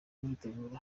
imyiteguro